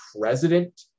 president